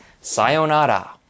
sayonara